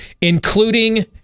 including